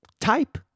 type